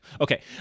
Okay